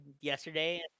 yesterday